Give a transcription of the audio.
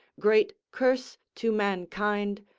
great curse to mankind,